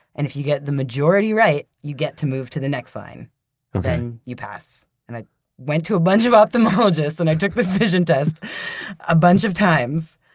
and if you get the majority right, you get to move to the next line okay then you pass. and i went to a bunch of ophthalmologists and i took this vision test a bunch of times.